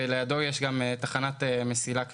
ולידו יש גם תחנת מסילה כבדה.